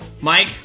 Mike